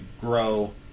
grow